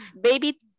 baby